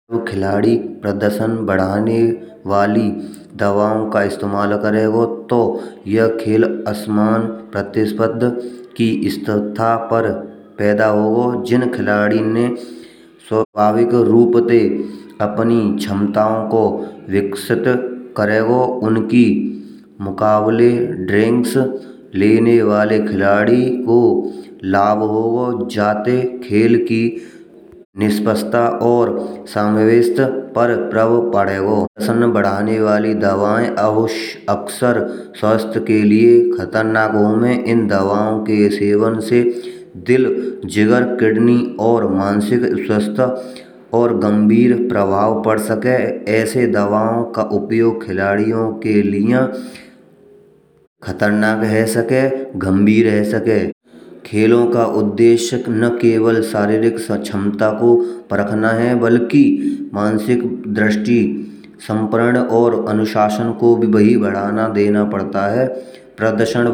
खिलाड़ी प्रदर्शन बढ़ाने वाली दवाओ का इस्तेमाल करैगो तो यह खेल असमान प्रतिस्पर्ध की स्थिति पर पैदा होगा। जिन खिलाड़ियों ने स्वाभाविक रूप ते अपनी क्षमताओ को विकसित करेगा, उनके मुकाबले ड्रिंक्स लेने वाले खिलाड़ी को लाभ होगा जातें खेल की निष्पक्षता और समवेशते पर प्रभाव पड़ेगो। प्रदर्शन बढ़ाने वाली दवाएँ अक्सर स्वास्थ्य के लिए खतरनाक होवे। इन दवाओं के सेवन से दिल जिगर, किडनी और मानसिक स्वास्थ्य पर गंभीर प्रभाव पड़ सके ऐसे दवाओ का उपयोग खिलाड़ियों के लिया खतरनाक है सके गंभीर है सके। खेलो का उद्देश्य ना केवल शारीरिक क्षमता को परखना है बल्कि मानसिक दृष्टि समर्पण और अनुशासन को भी बढ़ावा देना पड़ता है प्रदर्शन।